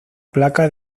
placa